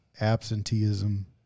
absenteeism